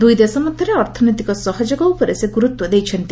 ଦୂଇ ଦେଶ ମଧ୍ୟରେ ଅର୍ଥନୈତିକ ସହଯୋଗ ଉପରେ ସେ ଗୁରୁତ୍ୱ ଦେଇଛନ୍ତି